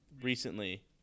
recently